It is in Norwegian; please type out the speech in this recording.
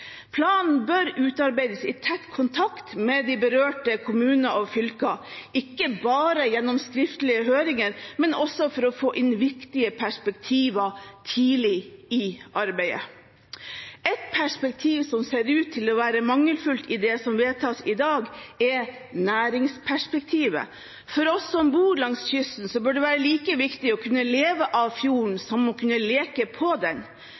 Planen bør utarbeides i tett kontakt med de berørte kommuner og fylker, ikke bare gjennom skriftlige høringer, men også for å få inn viktige perspektiver tidlig i arbeidet. Et perspektiv som ser ut til å være mangelfullt i det som vedtas i dag, er næringsperspektivet. For oss som bor langs kysten, bør det være like viktig å kunne leve av fjorden som å kunne leke på den.